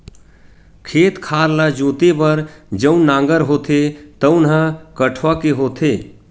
खेत खार ल जोते बर जउन नांगर होथे तउन ह कठवा के होथे